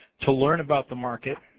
to learn about the market,